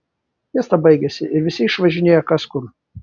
fiesta baigėsi ir visi išvažinėjo kas kur